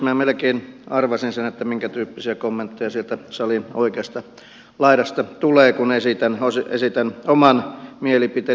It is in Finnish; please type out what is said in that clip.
minä melkein arvasin sen minkä tyyppisiä kommentteja sieltä salin oikeasta laidasta tulee kun esitän oman mielipiteeni